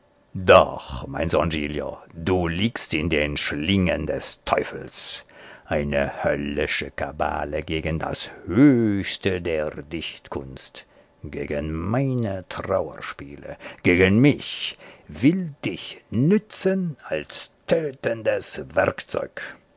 doch o mein sohn giglio du liegst in den schlingen des teufels eine höllische kabale gegen das höchste der dichtkunst gegen meine trauerspiele gegen mich will dich nützen als tötendes werkzeug